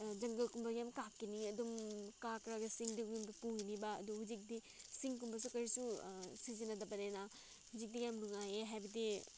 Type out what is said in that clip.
ꯖꯪꯒꯜꯒꯨꯝꯕ ꯌꯥꯝ ꯀꯛꯀꯅꯤ ꯑꯗꯨꯝ ꯀꯛꯂꯒ ꯁꯤꯡꯗꯒꯨꯝꯕ ꯄꯨꯒꯅꯤꯕ ꯑꯗꯨ ꯍꯧꯖꯤꯛꯇꯤ ꯁꯤꯡꯒꯨꯝꯕꯁꯨ ꯀꯔꯤꯁꯨ ꯁꯤꯖꯤꯟꯅꯗꯕꯅꯦꯅ ꯍꯧꯖꯤꯛꯇꯤ ꯌꯥꯝ ꯅꯨꯡꯉꯥꯏꯌꯦ ꯍꯥꯏꯕꯗꯤ